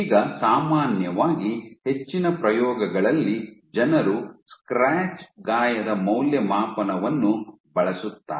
ಈಗ ಸಾಮಾನ್ಯವಾಗಿ ಹೆಚ್ಚಿನ ಪ್ರಯೋಗಗಳಲ್ಲಿ ಜನರು ಸ್ಕ್ರ್ಯಾಚ್ ಗಾಯದ ಮೌಲ್ಯಮಾಪನವನ್ನು ಬಳಸುತ್ತಾರೆ